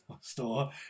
store